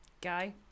guy